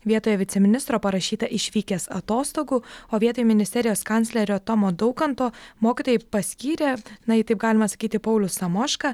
vietoje viceministro parašyta išvykęs atostogų o vietoj ministerijos kanclerio tomo daukanto mokytojai paskyrė na jei taip galima sakyti paulių samošką